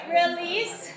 release